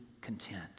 content